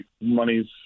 money's